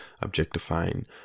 objectifying